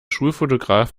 schulfotograf